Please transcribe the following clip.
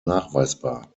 nachweisbar